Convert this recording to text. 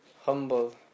humble